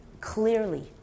clearly